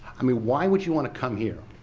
i mean why would you want to come here?